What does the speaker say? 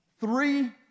Three